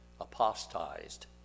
apostatized